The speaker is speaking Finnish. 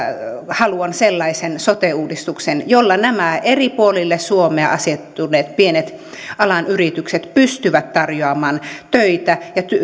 haluan sellaisen sote uudistuksen jolla nämä eri puolille suomea asettuneet pienet alan yritykset pystyvät tarjoamaan töitä ja